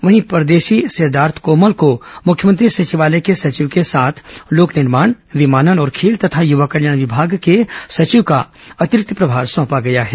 वहीं परदेशी सिद्धार्थ कोमल को मुख्यमंत्री सचिवालय के सचिव के साथ लोक निर्माण विमानन और खेल तथा युवा कल्याण विभाग के सचिव कॉ अतिरिक्त प्रभार सौंपा गया है